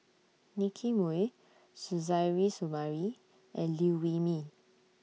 Nicky Moey Suzairhe Sumari and Liew Wee Mee